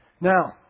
Now